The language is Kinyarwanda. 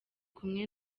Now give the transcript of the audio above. kumwe